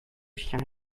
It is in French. chien